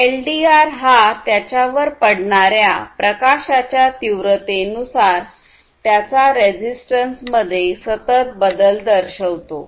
LDR हा त्याच्यावर पडणार्या प्रकाशाच्या तीव्रतेनुसार त्याच्या रेझिस्टन्स मध्ये सतत बदल दर्शवितो